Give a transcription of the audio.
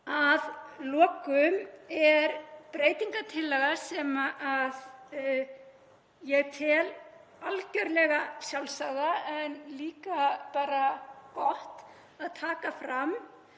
Að lokum er breytingartillaga sem ég tel algerlega sjálfsagða en líka bara gott að taka fram